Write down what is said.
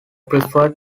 preferred